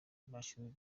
bashyizwe